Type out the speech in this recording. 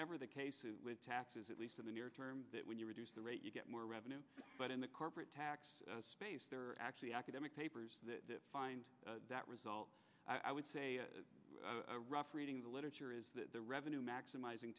never the case with taxes at least in the near term that when you reduce the rate you get more revenue but in the corporate tax space there are actually academic papers to find that result i would say a rough reading the literature is that the revenue maximizing